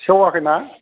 सेवाखै ना